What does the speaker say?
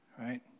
right